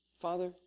Father